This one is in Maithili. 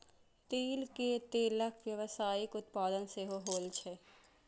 तिल के तेलक व्यावसायिक उत्पादन सेहो होइ छै